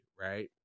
right